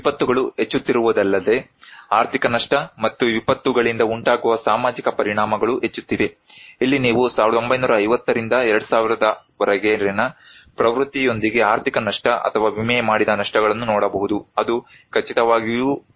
ವಿಪತ್ತುಗಳು ಹೆಚ್ಚುತ್ತಿರುವುದಲ್ಲದೆ ಆರ್ಥಿಕ ನಷ್ಟ ಮತ್ತು ವಿಪತ್ತುಗಳಿಂದ ಉಂಟಾಗುವ ಸಾಮಾಜಿಕ ಪರಿಣಾಮಗಳು ಹೆಚ್ಚುತ್ತಿವೆ ಇಲ್ಲಿ ನೀವು 1950 ರಿಂದ 2000 ರವರೆಗಿನ ಪ್ರವೃತ್ತಿಯೊಂದಿಗೆ ಆರ್ಥಿಕ ನಷ್ಟ ಅಥವಾ ವಿಮೆ ಮಾಡಿದ ನಷ್ಟಗಳನ್ನು ನೋಡಬಹುದು ಅದು ಖಚಿತವಾಗಿಯೂ ಹೆಚ್ಚುತ್ತಿವೆ